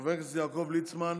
חבר הכנסת יעקב ליצמן,